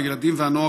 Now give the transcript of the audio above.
הילדים והנוער,